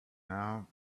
now